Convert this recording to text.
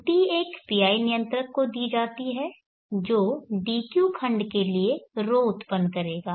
त्रुटि एक PI नियंत्रक को दी जाती है जो dq खंड के लिए ρ उत्पन्न करेगा